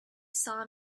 saw